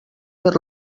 per